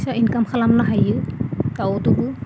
फैसा इनकाम खालामनो हायो दाउजोंबो